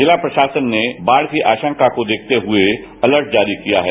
जिला प्रशासन ने बाढ़ की आशंका को देखते हए अलर्ट जारी किया है